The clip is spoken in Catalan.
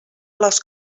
les